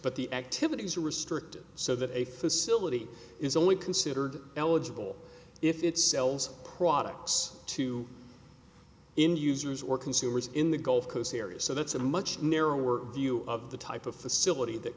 but the activities are restricted so that a facility is only considered eligible if it sells products to in users or consumers in the gulf coast area so that's a much narrower view of the type of facility that